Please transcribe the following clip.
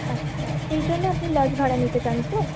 আচ্ছা সেই জন্য আপনি লজ ভাড়া নিতে চান তো